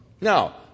Now